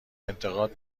انتقاد